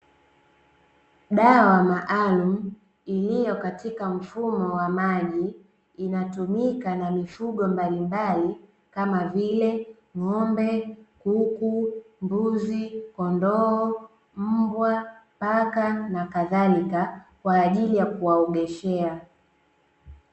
Dawa maalumu iliyo katika mfumo wa maji, inatumika na mifugo mbalimbali kama vile ng'ombe, kuku, mbuzi, kondoo, mbwa, paka na kadhalika, kwa ajili ya kuwaogeshea.